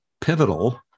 pivotal